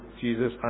Jesus